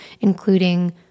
including